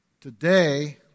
today